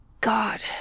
God